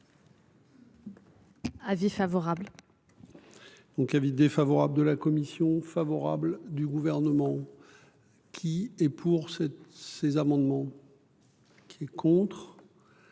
Avis favorable. Donc, avis défavorable de la commission favorable du gouvernement. Qui est pour cette ces amendements. Qui est contre.